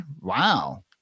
Wow